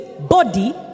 body